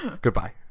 Goodbye